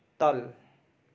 तल